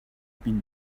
been